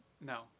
no